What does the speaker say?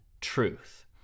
truth